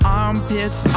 armpits